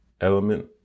element